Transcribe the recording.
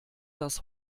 das